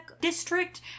district